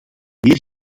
meer